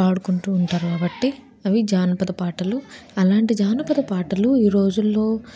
పాడుకుంటూ ఉంటారు కాబట్టి అవి జానపద పాటలు అలాంటి జానపద పాటలు ఈ రోజుల్లో